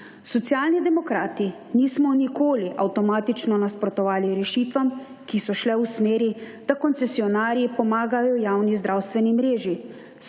Socialni demokrati nismo nikoli avtomatično nasprotovali rešitvam, ki so šle v smeri, da koncesionarji pomagajo javni zdravstveni mreži,